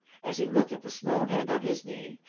as he looked at the small hand on his knee,